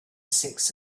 six